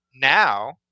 now